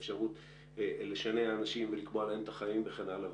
האפשרות לשנע אנשים ולקבוע להם את החיים וכן הלאה,